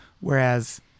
Whereas